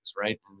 right